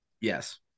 Yes